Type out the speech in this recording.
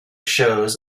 shows